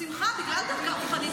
אבל לגבי מחול,